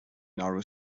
narrow